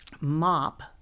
mop